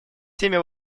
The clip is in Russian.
теме